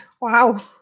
wow